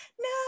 no